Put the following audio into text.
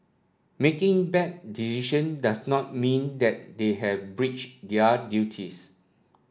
making bad decision does not mean that they have breached their duties